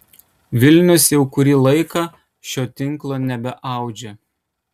vilnius jau kurį laiką šio tinklo nebeaudžia